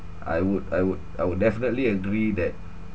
I would I would I would definitely agree that